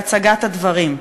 בהצגת הדברים.